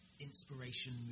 inspiration